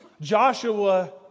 Joshua